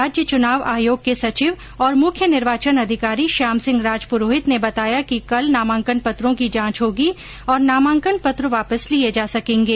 राज्य चुनाव आयोग के सचिव और मुख्य निर्वाचन अधिकारी श्याम सिंह राजपुरोहित ने बताया कि कल नामांकन पत्रों की जांच होगी और नामांकन पत्र वापस लिए जा सकेंगे